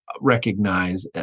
recognize